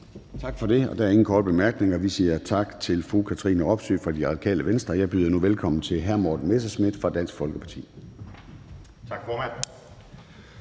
Tak for det. Der er ingen korte bemærkninger. Vi siger tak til fru Katrine Robsøe fra Radikale Venstre. Jeg byder nu velkommen til hr. Morten Messerschmidt fra Dansk Folkeparti. Kl.